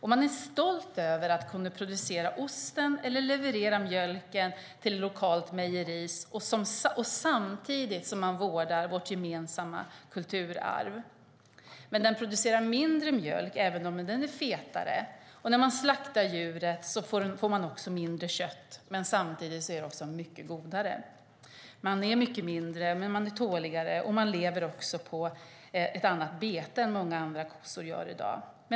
Man är stolt över att kunna producera osten eller leverera mjölken till ett lokalt mejeri samtidigt som man vårdar vårt gemensamma kulturarv. Fjällkon producerar mindre mjölk, även om den är fetare, och när man slaktar djuret får man mindre kött, samtidigt som det är mycket godare. Fjällkon är mycket mindre men är tåligare och lever på ett annat bete än många andra kor i dag.